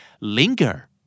linger